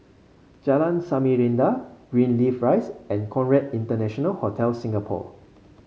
Jalan Samarinda Greenleaf Rise and Conrad International Hotel Singapore